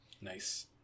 Nice